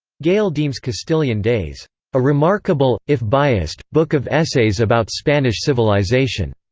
gale deems castilian days a remarkable, if biased, book of essays about spanish civilization.